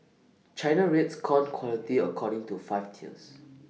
China rates corn quality according to five tears